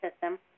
system